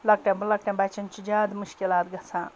لۄکٹٮ۪ن لَکٹٮ۪ن بَچَن چھِ زیادٕ مُشکِلات گژھان